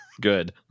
good